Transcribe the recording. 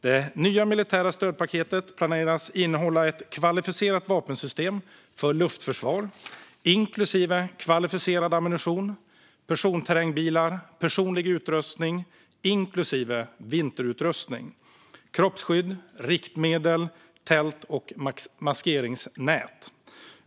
Det nya militära stödpaketet planeras innehålla ett kvalificerat vapensystem för luftförsvar inklusive kvalificerad ammunition, personterrängbilar, personlig utrustning inklusive vinterutrustning och kroppsskydd, riktmedel, tält samt maskeringsnät.